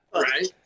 Right